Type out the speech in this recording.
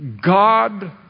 God